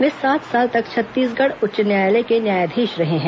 वे सात साल तक छत्तीसगढ़ उच्च न्यायालय के न्यायाधीश रहे हैं